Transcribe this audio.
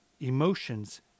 emotions